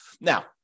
Now